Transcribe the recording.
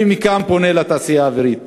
אני פונה מכאן לתעשייה האווירית: